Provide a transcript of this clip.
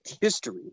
history